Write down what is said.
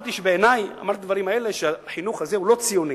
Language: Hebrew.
אמרתי שהחינוך הזה הוא לא ציוני,